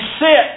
sit